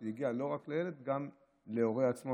זה הגיע לא רק לילד אלא גם להורה עצמו,